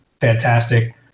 fantastic